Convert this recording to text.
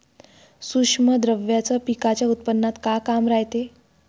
सूक्ष्म द्रव्याचं पिकाच्या उत्पन्नात का काम रायते?